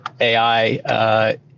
AI